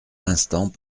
l’instant